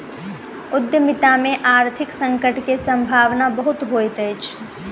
उद्यमिता में आर्थिक संकट के सम्भावना बहुत होइत अछि